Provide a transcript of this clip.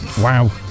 Wow